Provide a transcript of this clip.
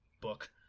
book